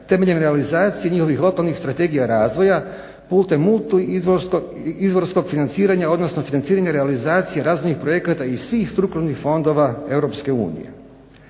temeljem realizacije njihovih lokalnih strategija razvoja, putem multiizvorskog financiranja, odnosno financiranja realizacije razvojnih projekata i svih strukturnih fondova